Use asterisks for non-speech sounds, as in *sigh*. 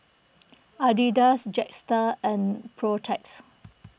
*noise* Adidas Jetstar and Protex